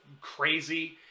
crazy